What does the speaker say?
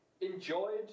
enjoyed